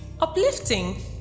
uplifting